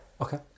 Okay